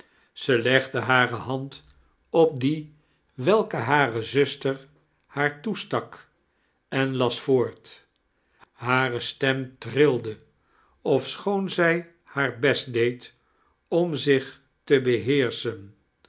zij legde hare hand op die welke hare zuster haar toestak en las voort hare stem trilde ofsehoon zij haar best deed om zich te beheerschen